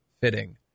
fitting